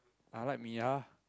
I like Miya